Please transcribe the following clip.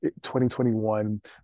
2021